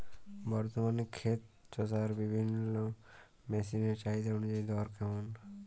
বর্তমানে ক্ষেত চষার বিভিন্ন মেশিন এর চাহিদা অনুযায়ী দর কেমন?